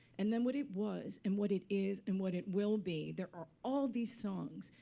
and then what it was and what it is and what it will be, there are all these songs.